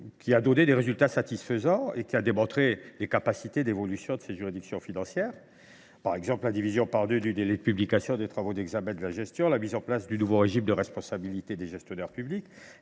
qui a donné des résultats satisfaisants et démontré leur capacité d’évolution. En témoignent la division par deux du délai de publication des travaux d’examen de la gestion, la mise en place du nouveau régime de responsabilité des gestionnaires publics,